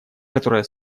которое